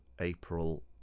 April